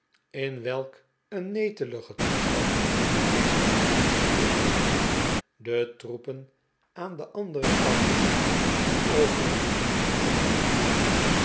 in welk een neteligen toestand hij zich eigenlijk bevond de troepen aan den anderen kant over